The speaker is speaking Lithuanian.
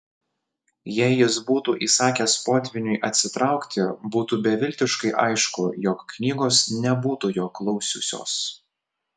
jei jis būtų įsakęs potvyniui atsitraukti būtų beviltiškai aišku jog knygos nebūtų jo klausiusios